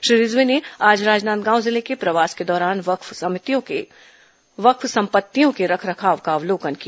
श्री रिजवी ने आज राजनांदगांव जिले के प्रवास के दौरान वक्फ संपत्तियों के रखरखाव का अवलोकन किया